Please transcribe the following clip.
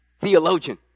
theologian